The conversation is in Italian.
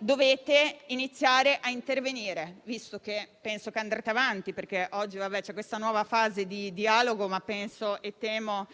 Dovete poi iniziare ad intervenire, visto che penso andrete avanti (oggi c'è questa nuova fase di dialogo ma penso e temo